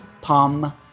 palm